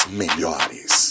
melhores